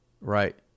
right